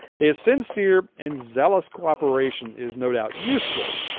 his sincere and zealous co-operation is no doubt useful,